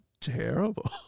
terrible